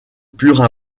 pures